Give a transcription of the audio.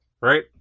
right